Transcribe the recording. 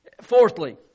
Fourthly